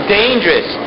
dangerous